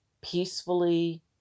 peacefully